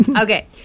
Okay